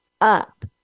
up